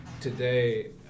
today